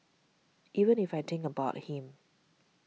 even if I think about him